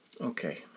Okay